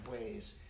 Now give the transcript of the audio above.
ways